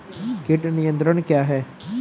कीट नियंत्रण क्या है?